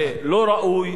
זה לא ראוי,